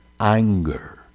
anger